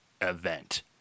event